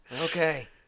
Okay